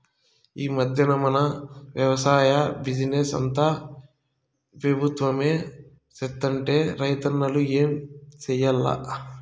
ఈ మధ్దెన మన వెవసాయ బిజినెస్ అంతా పెబుత్వమే సేత్తంటే రైతన్నలు ఏం చేయాల్ల